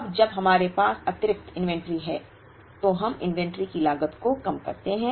अब जब हमारे पास अतिरिक्त इन्वेंट्री है तो हम इन्वेंट्री की लागत को कम करते हैं